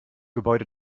gebäude